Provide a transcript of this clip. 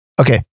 Okay